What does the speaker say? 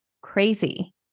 crazy